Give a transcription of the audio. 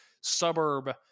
suburb